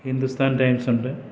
Hindustan ടൈംസുണ്ട്